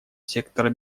сектора